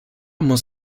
muss